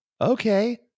Okay